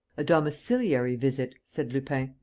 a domiciliary visit, said lupin.